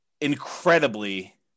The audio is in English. incredibly